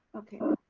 okay.